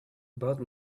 about